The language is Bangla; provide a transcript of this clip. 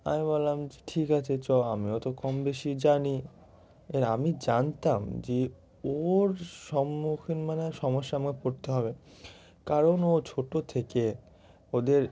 আমি বললাম যে ঠিক আছে চল আমিও তো কম বেশি জানি এবার আমি জানতাম যে ওর সম্মুখীন মানে সমস্যা আমায় পড়তে হবে কারণ ও ছোট থেকে ওদের